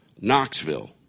Knoxville